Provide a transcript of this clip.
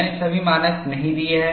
मैंने सभी मानक नहीं दिए हैं